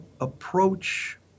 approach